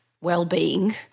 well-being